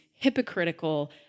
hypocritical